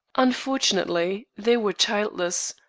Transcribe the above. unfortunately, they were childless,